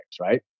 right